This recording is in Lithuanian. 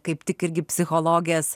kaip tik irgi psichologės